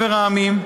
מחבר המדינות,